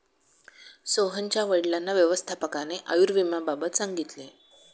सोहनच्या वडिलांना व्यवस्थापकाने आयुर्विम्याबाबत सांगितले